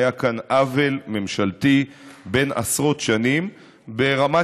היה כאן עוול ממשלתי בן עשרות שנים ברמת